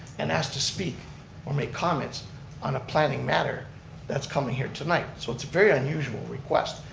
and asked to speak or make comments on a planning matter that's coming here tonight. so it's very unusual request.